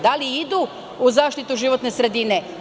Da li idu u zaštitu životne sredine?